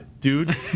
dude